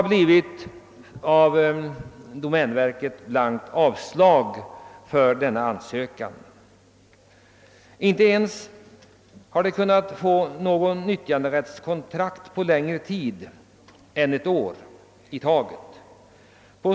Domänstyrelsen har blankt avslagit ansökningarna; de har inte ens kunnat få nyttjanderättskontrakt på längre tid än ett år i taget.